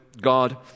God